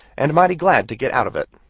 and mighty glad to get out of it.